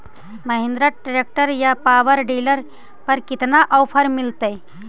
Mahindra tractor या power dealer पर कितना ओफर मीलेतय?